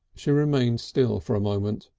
she remained still for a moment.